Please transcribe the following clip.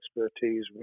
expertise